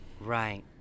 right